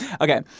okay